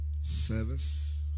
service